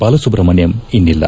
ಬಾಲಸುಬ್ರಹಣ್ಣಂ ಇನ್ನಿಲ್ಲ